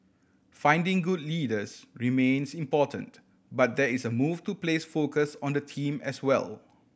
finding good leaders remains important but there is a move to place focus on the team as well